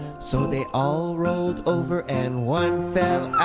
so they all rolled over and one fell out.